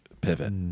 pivot